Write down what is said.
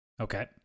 Okay